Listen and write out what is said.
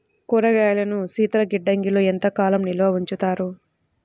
కూరగాయలను శీతలగిడ్డంగిలో ఎంత కాలం నిల్వ ఉంచుతారు?